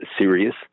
serious